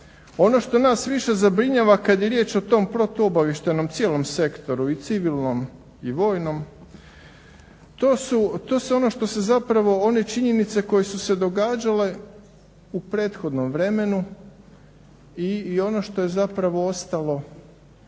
ono što nas više zabrinjava kad je riječ o tom protuobavještajnom cijelom sektoru i civilnom i vojnom to su one što su zapravo one činjenice koje su se događale u prethodnom vremenu i ono što je zapravo ostalo,